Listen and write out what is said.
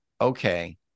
okay